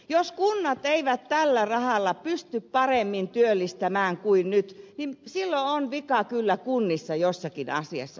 jos kunnat eivät tällä rahalla pysty paremmin työllistämään kuin nyt niin silloin on vika kyllä kunnissa jossakin asiassa